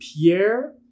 Pierre